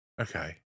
Okay